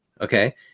Okay